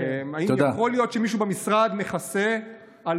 האם יכול להיות שמישהו במשרד מכסה על